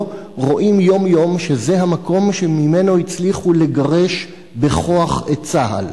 רואים יום-יום שזה המקום שהצליחו לגרש ממנו בכוח את צה"ל.